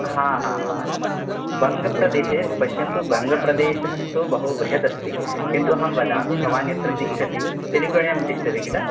हा हा हा बङ्गप्रदेशे पश्यन्तु बङ्गप्रदेशः तु बहु बृहद् अस्ति किन्तु अहं वदामि भवान् यत्र तिष्ठति सिलिवयं तिष्ठति खिल